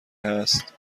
هست